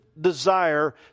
desire